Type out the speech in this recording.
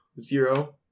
zero